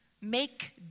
make